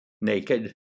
naked